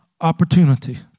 opportunity